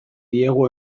diegu